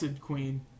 Queen